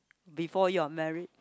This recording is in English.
before you're married